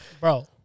Bro